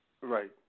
right